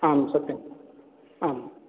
आं सत्यम् आम्